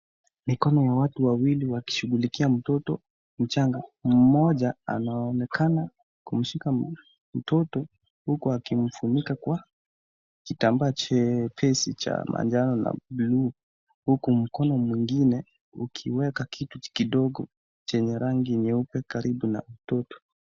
Mikono ya watu wawili wakishugulikia mtoto mchanga na mmoja anaonekana kumshika mtoto huku akimfunika kwa kitambaa chepesi cha manjano na blue huku mkono mwingine ukiweka kitu kidogo chenye rangi nyeupe karibu na mtoto.